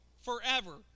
forever